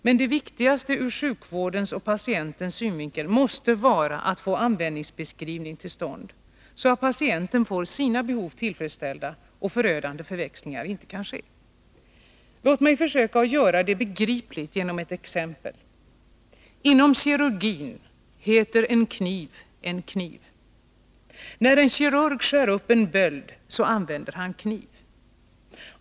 Men det viktigaste ur sjukvårdens och patientens synvinkel måste vara att få användningsbeskrivning till stånd, så att patienten får sina behov tillfredsställda och förödande förväxlingar inte kan ske. Låt mig försöka att göra detta begripligt genom ett exempel. Inom kirurgin heter en kniv en kniv. När en kirurg skär upp en böld använder han kniv.